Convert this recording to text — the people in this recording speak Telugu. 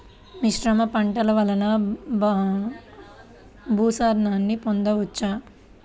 మిశ్రమ పంటలు వలన భూసారాన్ని పొందవచ్చా?